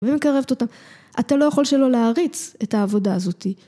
ומקרבת אותה. אתה לא יכול שלא להעריץ את העבודה הזאתי